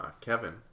Kevin